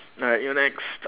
right you're next